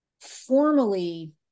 formally